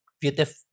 beautiful